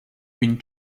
been